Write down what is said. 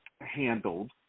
handled